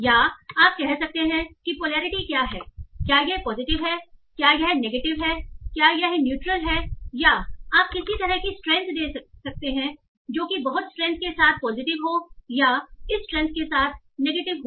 या आप कह सकते हैं कि पोलैरिटी क्या है क्या यह पॉजिटिव है क्या यह नेगेटिव है क्या यह न्यूट्रल है या आप किसी तरह की स्ट्रेंथ दे सकते हैं जो कि बहुत स्ट्रेंथ के साथ पॉजिटिव हो या इस स्ट्रेंथ के साथ नेगेटिव हो